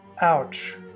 ouch